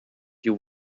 you